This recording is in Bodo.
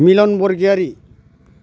मिलन बरग'यारि